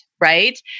right